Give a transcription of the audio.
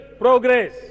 progress